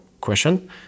question